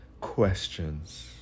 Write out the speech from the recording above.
Questions